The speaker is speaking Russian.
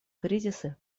кризисы